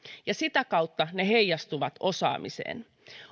ja sitä kautta ne heijastuvat osaamiseen